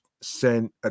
send